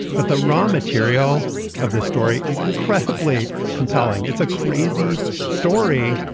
but the raw material of this story is incredibly compelling. it's a crazy story.